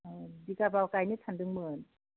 ए बिगाबा गायनो सान्दोंमोन